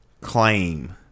claim